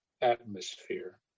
atmosphere